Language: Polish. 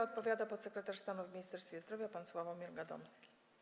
Odpowiada podsekretarz stanu w Ministerstwie Zdrowia pan Sławomir Gadomski.